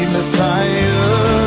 Messiah